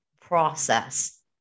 process